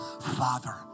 father